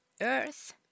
earth